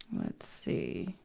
let's see.